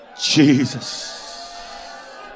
Jesus